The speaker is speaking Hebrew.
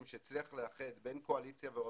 שהצליח לאחד בין קואליציה ואופוזיציה,